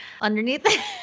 underneath